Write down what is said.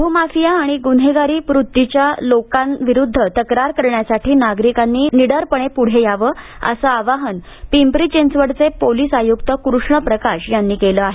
भूमाफिया आणि गुन्हेगारी वृत्तीच्या लोकांविरुद्ध तक्रार करण्यासाठी नागरिकांनी निडरपणे पुढे यावं असं आवाहन पिंपरी चिंचवडचे पोलीस आयुक्त कृष्ण प्रकाश यांनी केलं आहे